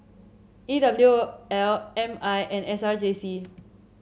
E W L M I and S R J C